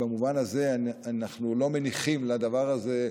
במובן הזה, אנחנו לא מניחים לדבר הזה,